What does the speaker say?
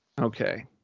Okay